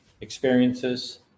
experiences